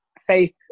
faith